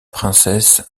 princesse